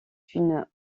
une